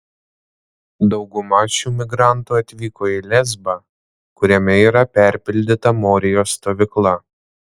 dauguma šių migrantų atvyko į lesbą kuriame yra perpildyta morijos stovykla